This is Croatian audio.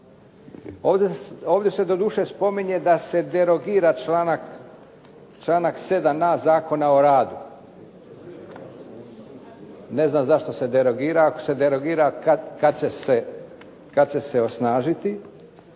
Ovdje se doduše spominje da se derogira članak 7a. Zakona o radu. Ne znam zašto se derogira ako se derogira kad će se osnažiti